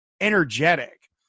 energetic